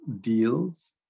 deals